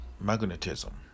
magnetism